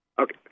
Okay